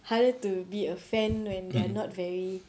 hard to be a fan when they're not very